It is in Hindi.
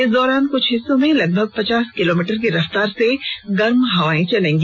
इस दौरान कुछ हिस्सों में लगभग पचास किलोमीटर की रफ्तार से गर्म हवाएं चलेंगी